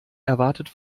erwartet